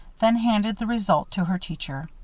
then handed the result to her teacher.